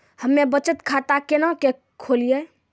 हम्मे बचत खाता केना के खोलियै?